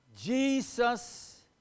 Jesus